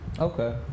okay